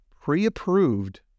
pre-approved